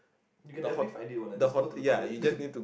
you can definitely find it one lah just go to the toilet